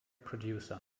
producer